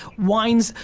wines,